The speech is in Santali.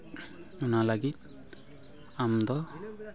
ᱚᱱᱟ ᱞᱟᱹᱜᱤᱫ ᱟᱢᱫᱚ